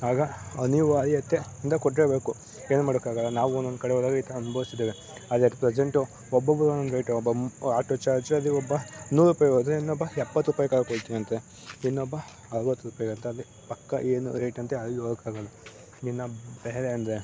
ಆಗ ಅನಿವಾರ್ಯತೆ ಯಿಂದ ಕೊಡಲೇಬೇಕು ಏನು ಮಾಡೋಕ್ಕಾಗೋಲ್ಲ ನಾವು ಒಂದೊಂದು ಕಡೆ ಹೋದಾಗ ಈ ಥರ ಅನುಭವ್ಸಿದ್ದೇವೆ ಆದರೆ ಅಟ್ ಪ್ರೆಸೆಂಟು ಒಬ್ಬೊಬ್ಬರು ಒಂದೊಂದು ರೇಟು ಒಬ್ಬ ಆಟೋ ಚಾರ್ಜಲ್ಲಿ ಒಬ್ಬ ನೂರು ರೂಪಾಯ್ಗ್ ಹೋದ್ರೆ ಇನ್ನೊಬ್ಬ ಎಪ್ಪತ್ತು ರೂಪಾಯ್ಗ್ ಕರ್ಕೊಂಡೋಗ್ತೀನಿ ಅಂತಾನೆ ಇನ್ನೊಬ್ಬ ಅರವತ್ರೂಪಾಯ್ಗೆ ಅಂತನೆ ಪಕ್ಕ ಏನು ರೇಟ್ ಅಂತ ಯಾರಿಗೂ ಹೇಳೊಕ್ಕಾಗೋಲ್ಲ ಇನ್ನೂ ಬೇರೆ ಅಂದರೆ